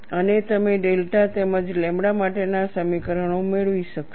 અને તમે ડેલ્ટા તેમજ લેમ્બડા માટેના સમીકરણો મેળવી શકશો